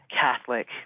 Catholic